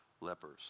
lepers